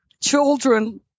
children